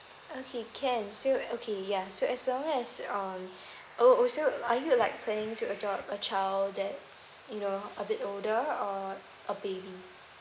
okay can so okay ya so as long as um oh also are you like planning to adopt a child that's you know a bit older or a baby